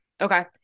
Okay